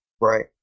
Right